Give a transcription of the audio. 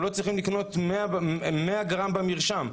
אנחנו לא צריכים לקנות 100 גרם במרשם.